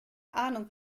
ahnung